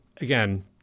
again